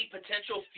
potential